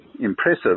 impressive